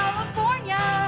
california